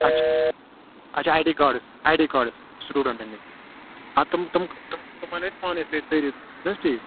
اچھ اچھا I D cards I D cards سُٹوٗڈَنٛٹَن ہُنٛد اَدٕ تِم تِم تِم اَنَو أسۍ پانٕے سۭتۍ سٲری چھِنہٕ حظ ٹھیٖک